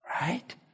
Right